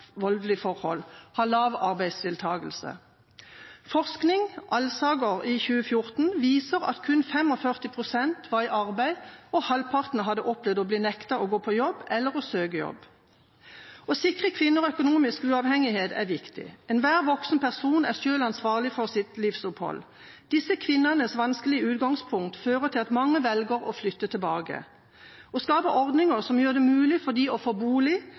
voldelig forhold, har lav arbeidsdeltagelse. Forskning, utført av Kjersti Alsaker i 2014, viser at kun 45 pst. var i arbeid, og halvparten hadde opplevd å bli nektet å gå på jobb eller søke på jobber. Å sikre kvinner økonomisk uavhengighet er viktig. Enhver voksen person er selv ansvarlig for sitt livsopphold. Disse kvinnenes vanskelige utgangspunkt fører til at mange velger å flytte tilbake. Å skape ordninger som gjør det mulig for dem å få bolig,